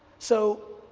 so,